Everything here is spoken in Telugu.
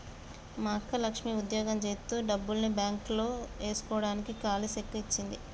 మా అక్క లక్ష్మి ఉద్యోగం జేత్తు డబ్బుల్ని బాంక్ లో ఏస్కోడానికి కాలీ సెక్కు ఇచ్చింది